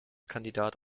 kandidat